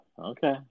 Okay